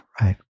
right